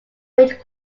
weight